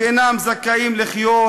שאינם זכאים לחיות"?